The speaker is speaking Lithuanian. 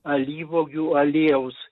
alyvuogių aliejaus